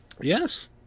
Yes